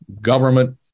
government